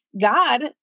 God